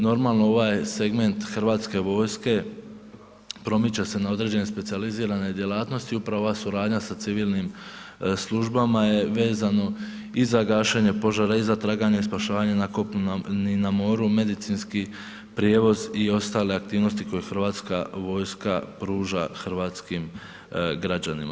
Normalno, ovaj je segment hrvatske vojske promiče se na određene specijalizirane djelatnosti i upravo ova suradnja sa civilnim službama je vezano i za gašenje požara i za traganje i spašavanje na kopnu i na moru, medicinski prijevoz i ostale aktivnosti koje hrvatska vojska pruža hrvatskim građanima.